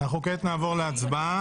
כעת נעבור להצבעה.